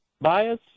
bias